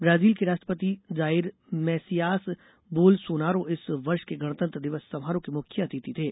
Brazil के राष्ट्र्पति Jair Messias Bolsonaro इस वर्ष के गणतंत्र दिवस समारोह के मुख्य अतिथि थे